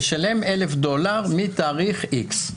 שילם 1,000 דולר מתאריך x שעבר.